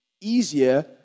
easier